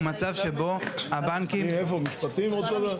מצב שבו הבנקים --- משרד המשפטים רוצה להגיב?